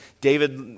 David